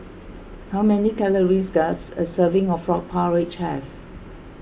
how many calories does a serving of Frog Porridge have